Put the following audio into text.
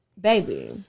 baby